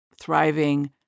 thriving